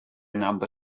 number